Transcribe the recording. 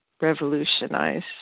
revolutionize